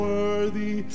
worthy